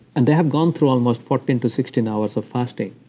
and they have gone through almost fourteen to sixteen hours of fasting